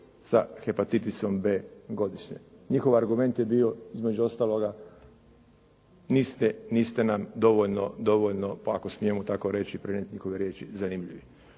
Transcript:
sa hepatitisom B godišnje. Njihov argument je bio, između ostaloga, niste nam dovoljno, ako smijemo tako reći, prenijeti njihove riječi, zanimljivi.